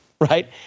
right